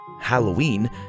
halloween